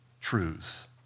truths